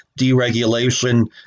deregulation